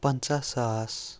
پنٛژاہ ساس